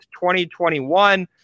2021